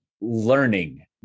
learning